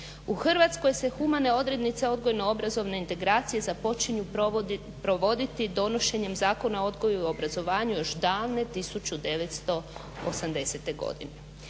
U Hrvatskoj se humane odrednice odgojno-obrazovne integracije započinju provoditi donošenjem Zakona o odgoju i obrazovanju još davne 1980.godine.